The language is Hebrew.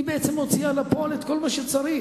היא בעצם מוציאה לפועל את כל מה שצריך,